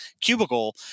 cubicle